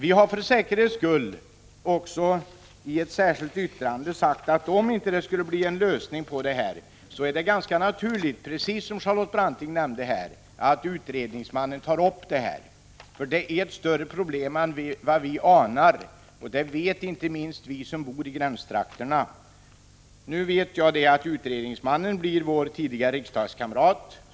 Vi har för säkerhets skull också i ett särskilt yttrande sagt att om det inte skulle bli en lösning på detta problem, så är det — precis som Charlotte Branting nämnde här — ganska naturligt att utredningsmannen tar upp saken. Det är nämligen ett större problem än vad de flesta anar — det vet inte minst vi som bor i gränstrakterna. Nu vet jag att vår tidigare riksdagskamrat Rune Carlstein blir utredningsman.